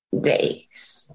days